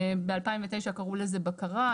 ב-2009 קראו לזה בקרה,